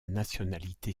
nationalité